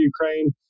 Ukraine